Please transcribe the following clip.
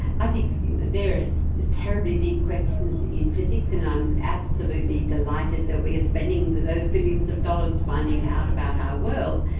i think there are terribly deep questions in physics and i'm absolutely delighted that we are spending those billions of dollars finding out about our world,